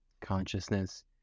consciousness